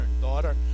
daughter